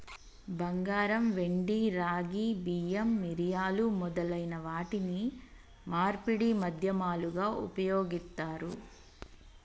బంగారం, వెండి, రాగి, బియ్యం, మిరియాలు మొదలైన వాటిని మార్పిడి మాధ్యమాలుగా ఉపయోగిత్తారు